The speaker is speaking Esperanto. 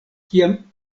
kiam